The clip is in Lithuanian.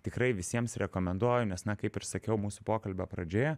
tikrai visiems rekomenduoju nes na kaip ir sakiau mūsų pokalbio pradžioje